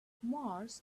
mars